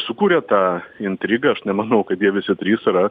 sukūrė tą intrigą aš nemanau kad jie visi trys yra